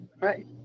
right